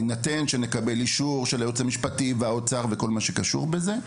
בהינתן שנקבל אישור של הייעוץ המשפטי והאוצר וכל מה שקשור בזה,